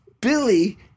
Billy